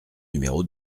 numéro